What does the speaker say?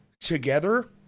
together